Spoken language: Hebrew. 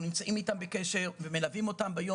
אנחנו נמצאים איתם בקשר ומלווים אותם בשגרה